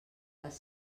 les